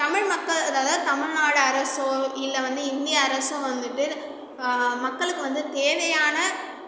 தமிழ் மக்கள் அதாவது தமிழ்நாடு அரசோ இல்லை வந்து இந்திய அரசோ வந்துவிட்டு மக்களுக்கு வந்து தேவையான